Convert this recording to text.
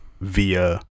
via